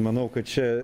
manau kad čia